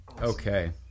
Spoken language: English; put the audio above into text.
okay